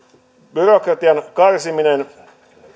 byrokratian karsiminen